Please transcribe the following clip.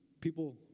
People